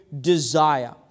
desire